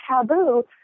taboo